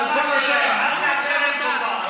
ולא אחת שתראה בכם את המשרתים שלה.